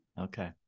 Okay